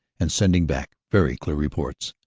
and sending back very clear reports.